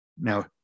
Now